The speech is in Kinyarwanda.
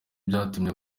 byatumye